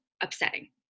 upsetting